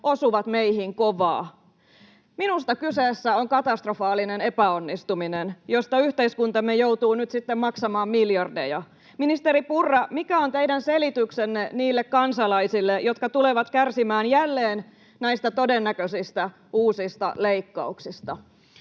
osuvat meihin kovaa. Minusta kyseessä on katastrofaalinen epäonnistuminen, josta yhteiskuntamme joutuu nyt sitten maksamaan miljardeja. Ministeri Purra, mikä on teidän selityksenne niille kansalaisille, jotka tulevat kärsimään jälleen näistä todennäköisistä uusista leikkauksista?